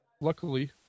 luckily